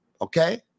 Okay